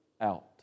out